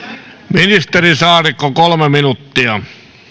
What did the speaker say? ministeri saarikko kolme minuuttia